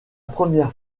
première